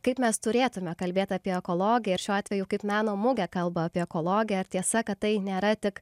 kaip mes turėtumėme kalbėti apie ekologiją ir šiuo atveju kaip meno mugė kalba apie ekologiją ar tiesa kad tai nėra tik